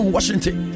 Washington